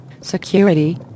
security